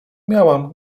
miałam